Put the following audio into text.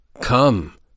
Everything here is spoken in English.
come